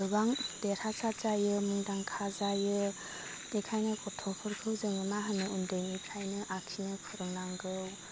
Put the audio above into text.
गोबां देरहासाथ जायो मुंदांखा जायो बेखायनो गथ'फोरखौ जों मा होनो उन्दैनिफ्रायनो आखिनो फोरोंनांगौ